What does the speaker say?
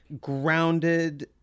grounded